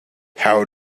how